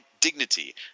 dignity